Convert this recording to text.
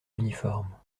uniforme